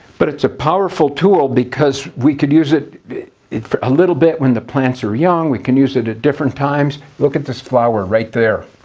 but it's a powerful tool because we could use it it a little bit when the plants are young. we can use it at different times. look at this flower right there,